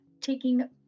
taking